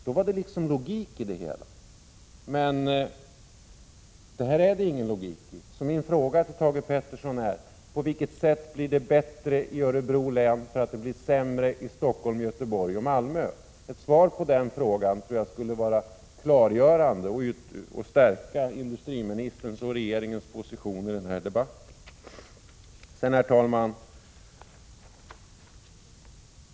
Då vore det logik i det hela. Men nu finns det ingen logik. Min fråga till Thage Peterson är: På vilket sätt blir det bättre i Örebro län om det blir sämre i Stockholm, Göteborg och Malmö? Ett svar på den frågan tror jag skulle vara klargörande och stärka industriministerns och regeringens positioner i den här debatten.